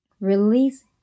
Release